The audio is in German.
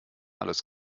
alles